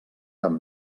amb